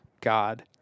god